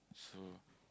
so